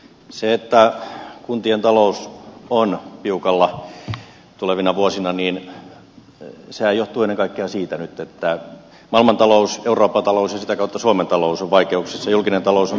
se että kuntien talous on tiukalla tulevina vuosina johtuu ennen kaikkea nyt siitä että maailmantalous euroopan talous ja sitä kautta suomen talous on vaikeuksissa julkinen talous on tiukilla